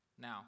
now